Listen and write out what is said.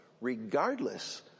regardless